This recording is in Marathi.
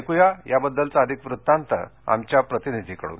ऐक्या याबद्दलचा अधिक वृत्तांत आमच्या प्रतिनिधीकडून